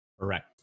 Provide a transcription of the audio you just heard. Correct